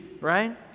right